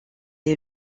est